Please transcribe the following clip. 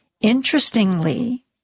Interestingly